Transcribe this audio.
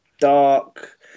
dark